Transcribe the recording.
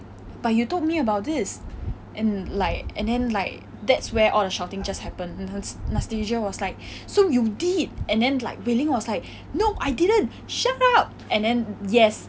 but you told me about this and like and then like that's where all the shouting just happened anastasia was like so you did and then like wei ling was like no I didn't shut up and then yes